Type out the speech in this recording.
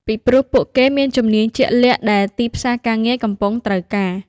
ពីព្រោះពួកគេមានជំនាញជាក់លាក់ដែលទីផ្សារការងារកំពុងត្រូវការ។